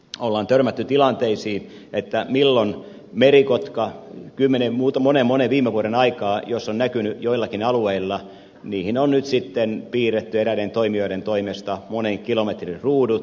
on törmätty tilanteisiin että jos merikotka on monen monen viime vuoden aikaan näkynyt joillakin alueilla niihin on nyt sitten piirretty eräiden toimijoiden toimesta monen kilometrin ruudut